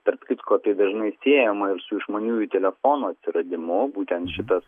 tarp kitko tai dažnai siejama ir su išmaniųjų telefonų atsiradimu būtent šitas